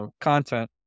content